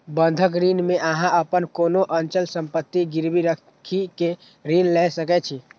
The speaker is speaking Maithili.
बंधक ऋण मे अहां अपन कोनो अचल संपत्ति गिरवी राखि कें ऋण लए सकै छी